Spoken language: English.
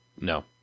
No